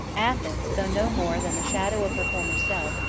athens, though no more than the shadow of her former self,